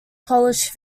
polished